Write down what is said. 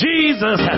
Jesus